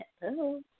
Hello